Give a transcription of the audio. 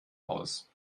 aus